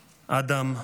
אדם,